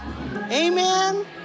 Amen